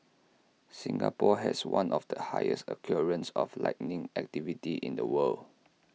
Singapore has one of the highest occurrences of lightning activity in the world